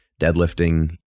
deadlifting